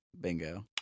Bingo